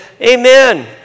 Amen